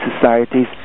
societies